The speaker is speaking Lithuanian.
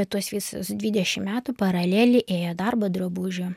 tuos visus dvidešimt metų paraleliai ėjo darbo drabužių